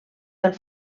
del